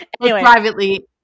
privately